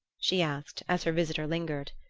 she asked, as her visitor lingered.